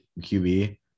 QB